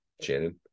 Shannon